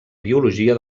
biologia